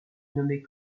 nommer